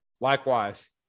likewise